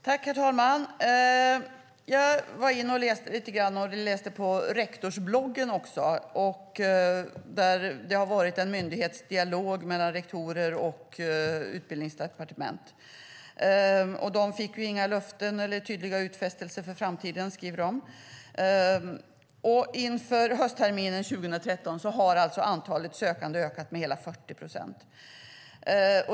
Herr talman! Jag läste lite grann på Uppsala universitets rektorsblogg, och där står det att det har varit en myndighetsdialog mellan rektorerna och Utbildningsdepartementet. De fick inga löften eller tydliga utfästelser för framtiden, skriver de. Inför höstterminen 2013 har antalet sökande ökat med hela 40 procent.